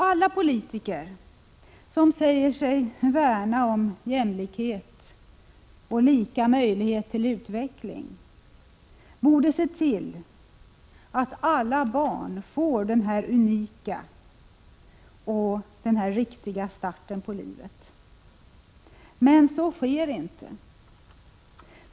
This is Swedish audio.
Alla politiker som säger sig värna om jämlikhet och lika möjlighet till utveckling borde se till att alla barn får denna unika och riktiga start i livet. Men så sker inte.